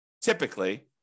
typically